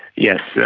yes, yeah